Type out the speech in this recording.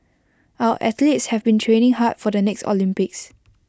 our athletes have been training hard for the next Olympics